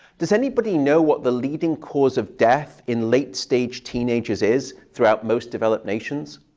does anybody know what the leading cause of death in late-stage teenagers is throughout most developed nations?